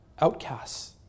outcasts